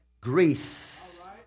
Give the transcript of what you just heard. Greece